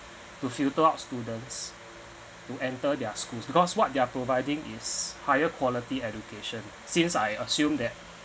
to filter out students who enter their schools because what they are providing is higher quality education since I assume that